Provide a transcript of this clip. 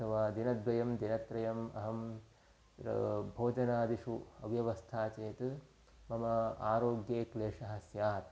अथवा दिनद्वयं दिनत्रयम् अहं यद् भोजनादिषु अव्यवस्था चेत् मम आरोग्ये क्लेशः स्यात्